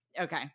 Okay